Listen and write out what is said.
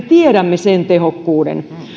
tiedämme sen tehokkuuden